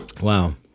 Wow